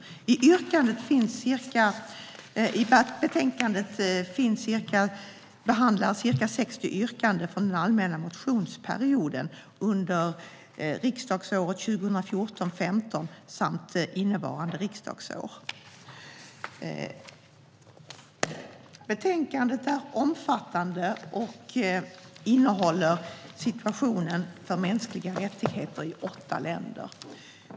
I betänkandet behandlas ca 60 yrkanden från den allmänna motionsperioden under riksdagsåret 2014/15 samt innevarande riksdagsår. Betänkandet är omfattande och behandlar situationen för mänskliga rättigheter i åtta länder.